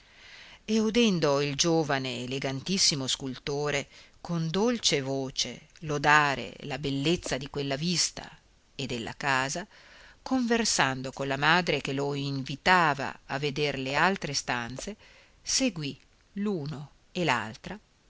udendo il giovane elegantissimo sculture con dolce voce lodare la bellezza di quella vista e della casa conversando con la madre che lo invitava a veder le altre stanze seguì l'uno e